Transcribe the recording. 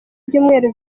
ibyumweru